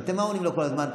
ומה אתם עונים לו כל הזמן?